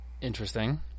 Interesting